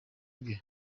bwe